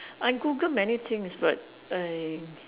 I Googled many things but I